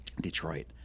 Detroit